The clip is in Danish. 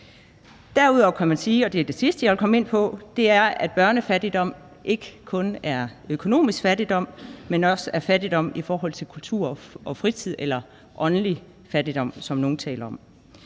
jeg vil komme ind på – at børnefattigdom ikke kun er økonomisk fattigdom, men også er fattigdom i forhold til kultur og fritid, eller åndelig fattigdom, som nogle taler om.